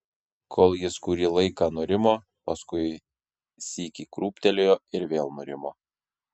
kol jis kurį laiką nurimo paskui sykį krūptelėjo ir vėl nurimo